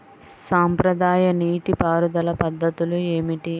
సాంప్రదాయ నీటి పారుదల పద్ధతులు ఏమిటి?